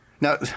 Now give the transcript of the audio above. Now